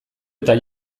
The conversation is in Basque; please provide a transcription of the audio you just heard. eta